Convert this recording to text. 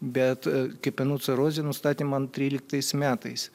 bet kepenų cirozę man nustatė tryliktais metais